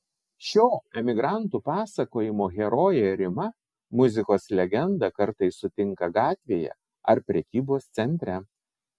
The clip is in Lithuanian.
šio emigrantų pasakojimo herojė rima muzikos legendą kartais sutinka gatvėje ar prekybos centre